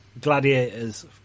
gladiators